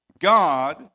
God